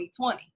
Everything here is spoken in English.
2020